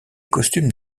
costumes